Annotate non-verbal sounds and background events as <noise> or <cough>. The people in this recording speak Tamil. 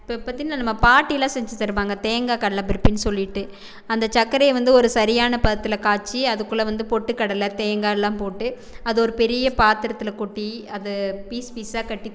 இப்போ <unintelligible> நம்ம பாட்டிலாம் செஞ்சு தருவாங்க தேங்காய் கடலை பர்பின்னு சொல்லிட்டு அந்த சக்கரையை வந்து ஒரு சரியான பதத்தில் காய்ச்சி அதுக்குள்ளே வந்து பொட்டுக்கடலை தேங்காய் எல்லாம் போட்டு அதை ஒரு பெரிய பாத்துரத்தில் கொட்டி அதை பீஸ் பீஸ்ஸாக கட்டி